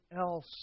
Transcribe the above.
else